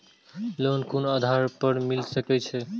Loan कोन आधार पर मिल सके छे?